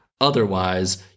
Otherwise